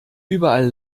überall